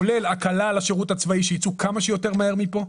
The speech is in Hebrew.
כולל הקלה על השירות הצבאי שיצאו כמה שיותר מהר מפה,